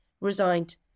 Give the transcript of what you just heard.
resigned